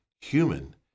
human